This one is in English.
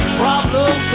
problem